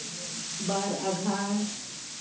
ᱵᱟᱨ ᱟᱸᱜᱷᱟᱲ